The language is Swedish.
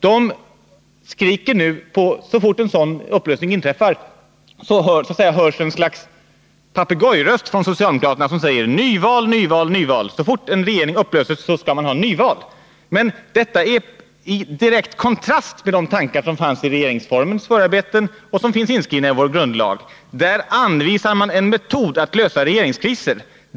Så fort en sådan regeringsupplösning inträffar, hörs ett slags papegojröst från socialdemokraterna som säger: Nyval, nyval, nyval! Så fort en regering upplöses skall man ha nyval. Detta är i direkt kontrast mot de tankar som finns i regeringsformens förarbeten och som finns inskrivna i vår grundlag. Där anvisas en annan metod att lösa regeringskriser.